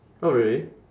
oh really